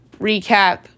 recap